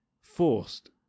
Forced